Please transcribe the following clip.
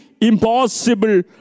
impossible